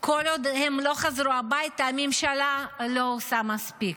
כל עוד הם לא חזרו הביתה, הממשלה לא עושה מספיק.